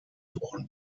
wochen